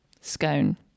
Scone